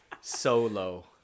Solo